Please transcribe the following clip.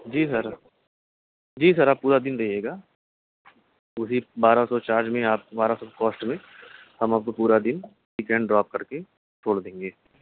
جی sir جی sir آپ پورا دن رہیے گا اسی بارہ سو چارج میں آپ بارہ سو کاسٹ میں ہم آپ کو پورا دن پک اینڈ ڈراپ کر کے چھوڑ دیں گے